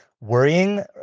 worrying